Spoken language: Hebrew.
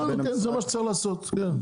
זה מה שצריך לעשות כן.